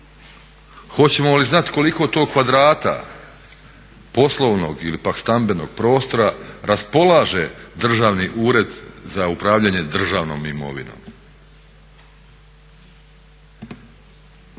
Hoćemo li znati koliko to kvadrata poslovnog ili pak stambenog prostora raspolaže Državni ured za upravljanje državnom imovinom.